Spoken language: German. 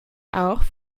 auch